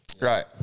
right